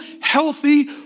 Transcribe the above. healthy